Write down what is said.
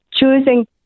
Choosing